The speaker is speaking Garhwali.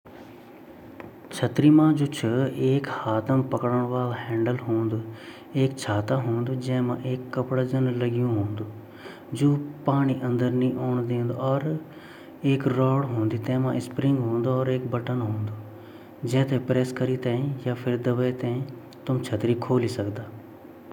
छतरी मा भी चार पाँच भाग वने ची जन वेपर ना योक हैंडल वोन योक डंडा लग्यु रन अर योक वेपर बटन लग्यु रन, बटन वाला छाता भी वन ता वेपर बटन लग्यु रन अर जु छतरी जु भितर बे जु छतरी खुलन ची ऊ षीके भी लगी रनि अर ता वेमा योक स्प्रिंग भी वोन जेसे उ माथि मुड़ी जान।